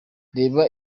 reba